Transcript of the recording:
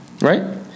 Right